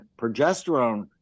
progesterone